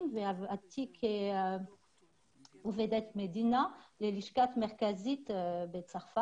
ועבדתי כעובדת מדינה בלשכה המרכזית שם.